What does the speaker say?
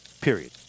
Period